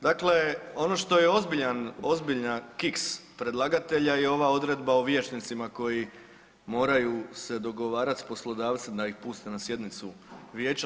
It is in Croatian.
Dakle ono što je ozbiljan kiks predlagatelja je ova odredba o vijećnicima koji moraju se dogovarati sa poslodavcem da ih puste na sjednicu vijeća.